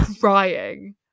crying